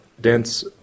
dense